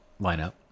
lineup